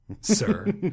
sir